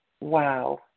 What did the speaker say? wow